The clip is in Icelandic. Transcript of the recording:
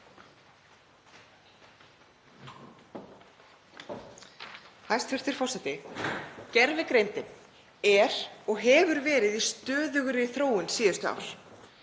Hæstv. forseti. Gervigreindin er og hefur verið í stöðugri þróun síðustu ár.